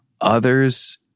others